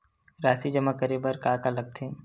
राशि जमा करे बर का का लगथे?